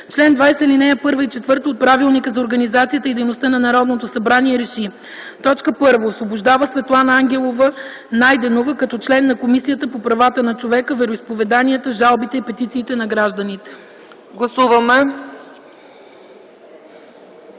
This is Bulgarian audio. ал. 1 и ал. 4 от Правилника за организацията и дейността на Народното събрание реши: 1. Освобождава Светлана Ангелова Найденова като член на Комисията по правата на човека, вероизповеданията, жалбите и петициите на гражданите.”